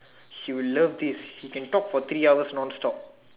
he will love this he can talk for three hours non stop